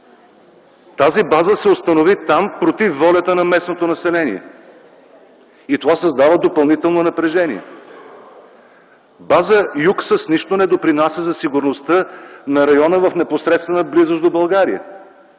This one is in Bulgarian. Тази база се установи там против волята на местното население. Това създава допълнително напрежение. База „Юг” с нищо не допринася за сигурността на района в непосредствена близост до България.